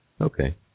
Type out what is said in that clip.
Okay